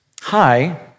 hi